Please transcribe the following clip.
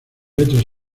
letras